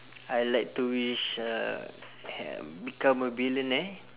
I like to wish uh become a billionaire